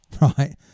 right